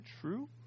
true